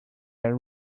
air